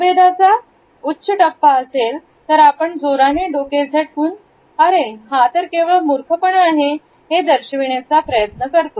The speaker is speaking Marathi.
मतभेदांचा उच्च टप्पा असेल तर आपण जोराने डोके झटकून अरे हा तर केवळ मूर्खपणा आहे हे दर्शविण्याचा प्रयत्न करतो